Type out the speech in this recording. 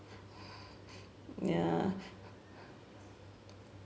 ya